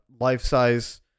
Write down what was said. life-size